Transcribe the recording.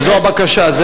וזאת הבקשה.